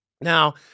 Now